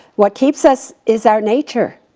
what keeps us is our nature.